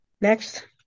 Next